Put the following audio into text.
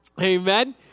Amen